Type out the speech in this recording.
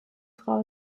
frau